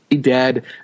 dead